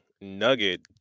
nugget